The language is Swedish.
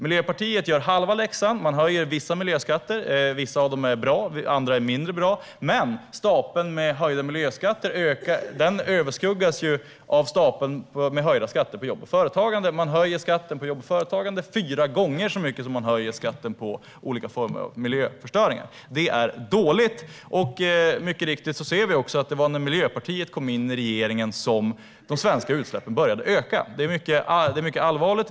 Miljöpartiet gör halva läxan. Man höjer vissa miljöskatter - en del av dem är bra, andra är mindre bra - men stapeln med höjda miljöskatter överskuggas av stapeln med höjda skatter på jobb och företagande. Man höjer skatten på jobb och företagande fyra gånger så mycket som man höjer skatten på olika former av miljöförstöring. Detta är dåligt, och mycket riktigt var det när Miljöpartiet kom in i regeringen som de svenska utsläppen började att öka. Detta är mycket allvarligt.